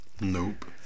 Nope